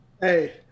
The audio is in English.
Hey